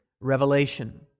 revelation